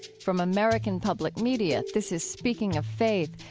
from american public media, this is speaking of faith,